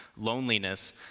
loneliness